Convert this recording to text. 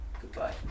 Goodbye